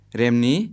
remni